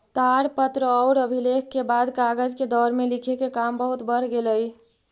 ताड़पत्र औउर अभिलेख के बाद कागज के दौर में लिखे के काम बहुत बढ़ गेलई